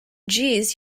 jeez